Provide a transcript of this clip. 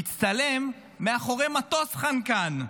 הצטלם מאחורי מטוס חמקן.